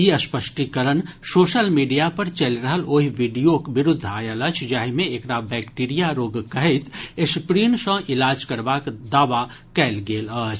ई स्पष्टीकरण social media पर चलि रहल ओहि वीडियोक विरूद्ध आयल अछि जाहि मे एकरा बैक्टीरिया रोग कहैत एस्प्रिन सँ इलाज करबाक दावा कयल गेल अछि